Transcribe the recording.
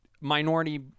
minority –